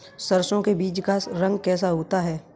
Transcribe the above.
सरसों के बीज का रंग कैसा होता है?